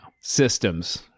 Systems